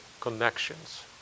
connections